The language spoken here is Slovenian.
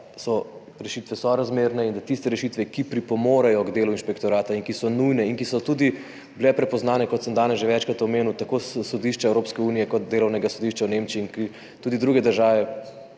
da so rešitve sorazmerne in da tiste rešitve, ki pripomorejo k delu inšpektorata, ki so nujne in ki so bile tudi prepoznane, kot sem danes že večkrat omenil, tako na sodišču Evropske unije kot delovnem sodišču v Nemčiji, tudi druge države